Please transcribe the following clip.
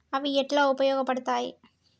అవి ఎట్లా ఉపయోగ పడతాయి?